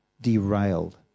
derailed